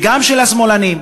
וגם של השמאלנים.